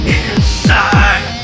inside